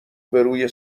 بروی